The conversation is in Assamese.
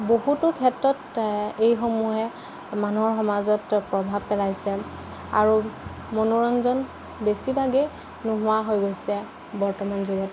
বহুতো ক্ষেত্ৰত এইসমূহে মানুহৰ সমাজত প্ৰভাৱ পেলাইছে আৰু মনোৰঞ্জন বেছি ভাগে নোহোৱা হৈ গৈছে বৰ্তমান যুগত